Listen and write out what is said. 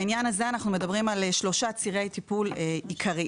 בעניין הזה אנחנו מדברים על שלושה צירי טיפול עיקריים: